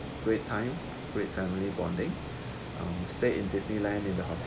great time great family bonding um stay in disneyland in the hotel